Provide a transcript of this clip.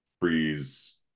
freeze